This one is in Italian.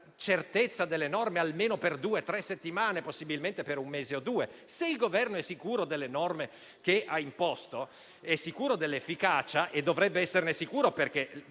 certezza delle norme almeno per due-tre settimane, possibilmente per uno o due mesi. Se il Governo è sicuro delle norme che ha imposto e della loro efficacia - e dovrebbe esserne sicuro,